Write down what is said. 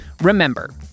Remember